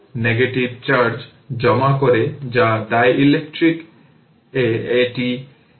তাহলে current i 2030 90 হবে